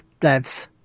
devs